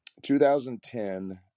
2010